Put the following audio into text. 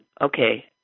Okay